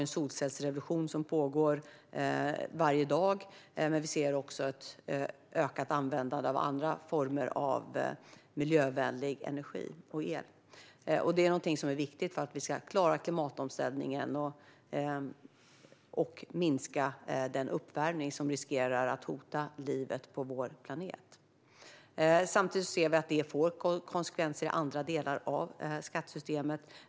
En solcellsrevolution pågår varje dag. Vi ser också ett ökat användande av andra former av miljövänlig energi och el. Det är viktigt för att vi ska klara klimatomställningen och minska den uppvärmning som riskerar att hota livet på vår planet. Samtidigt ser vi att det får konsekvenser i andra delar av skattesystemet.